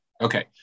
Okay